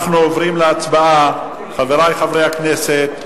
חברי חברי הכנסת,